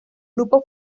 grupo